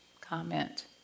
comment